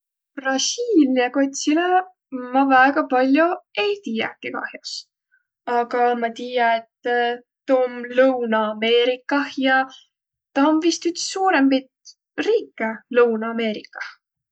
Brasiilia kotsilõ ma väega pall'o ei tiiäki kah'os. Aga ma tiiä, et tuu om Lõuna-Ameerikah ja ta om vist üts suurõmbit riike Lõuna-Ameerikah.